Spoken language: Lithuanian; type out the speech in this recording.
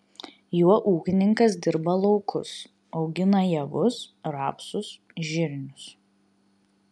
juo ūkininkas dirba laukus augina javus rapsus žirnius